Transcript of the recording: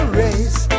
race